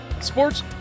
sports